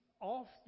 often